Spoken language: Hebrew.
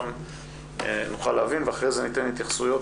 גם נוכל להבין ואחרי זה ניתן התייחסויות